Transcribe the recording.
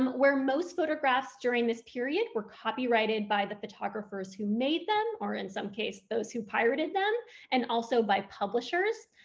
um where most photographs during this period were copyrighted by the photographers who made them or in some cases those who pirated them and also by publishers,